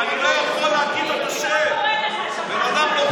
הם לא קראו לו בנימין, הם קראו לו ביבי.